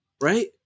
Right